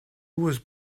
was